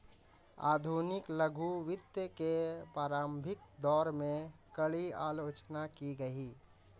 आधुनिक लघु वित्त के प्रारंभिक दौर में, कड़ी आलोचना की गई